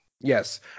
Yes